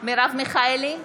מרב מיכאלי,